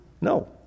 No